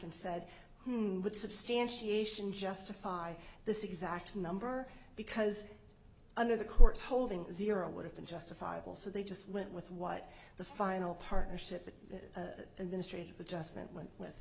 and said what substantiation justify this exact number because under the court's holding zero would have been justifiable so they just went with what the final partnership and ministry adjustment went with